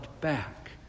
back